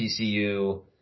TCU –